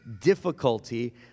difficulty